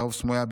לרוב סמויה,